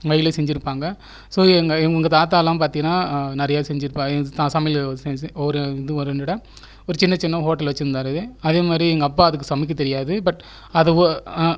வகையில் செஞ்சு இருப்பாங்க ஸோ எங்கள் தாத்தா எல்லாம் பார்த்தீங்கன்னா நிறைய செஞ்சுருபார் சமையல் ஒரு இது ஓரியன்டேடாக ஒரு சின்ன சின்ன ஹோட்டல் வெச்சுருந்தாரு அதே மாதிரி எங்கள் அப்பாவும் சமைக்க தெரியாது பட் அது